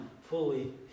fully